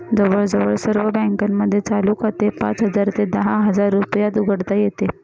जवळजवळ सर्व बँकांमध्ये चालू खाते पाच हजार ते दहा हजार रुपयात उघडता येते